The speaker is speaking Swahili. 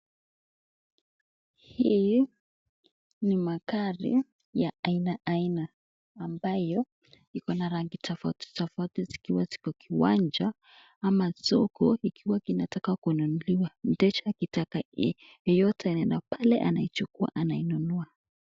Hii ni magari ya aina aina ambayo iko na rangi tofauti tofauti zikiwa ziko kiwanja ama soko ikiwa kinataka kununuliwa mteja akitaka yeyote anaenda pale anaichukua anainunua.